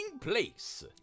place